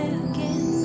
again